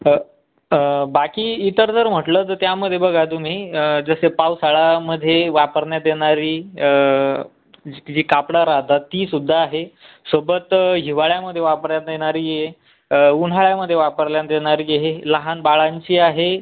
बाकी इतर जर म्हटलं तर त्यामध्ये बघा तुम्ही जसे पावसाळ्यामध्ये वापर येणारी जी कापडं राहतात ती सुद्धा आहे सोबत हिवाळ्यामध्ये वापरल्यांत येणारी उन्हाळ्यामध्ये वापरल्यांत येणारी हे लहान बाळांची आहे